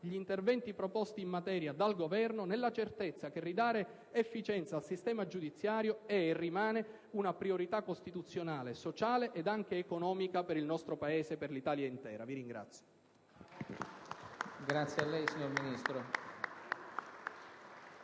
gli interventi proposti in materia dal Governo, nella certezza che ridare efficienza al sistema giudiziario è e rimane una priorità costituzionale, sociale e anche economica per il nostro Paese, per l'Italia intera. *(Applausi